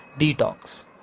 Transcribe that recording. Detox